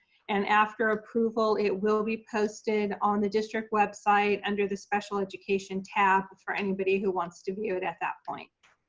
and, after approval, it will be posted on the district website under the special education tab for anybody who wants to view it at that point.